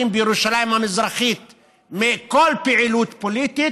בירושלים המזרחית כל פעילות פוליטית,